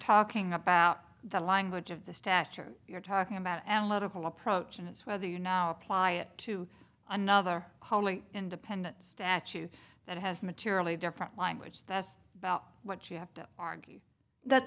talking about the language of the stature you're talking about and a lot of approach and it's whether you now apply it to another wholly independent statute that has materially different language that's about what you have to argue that